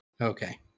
Okay